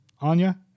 anya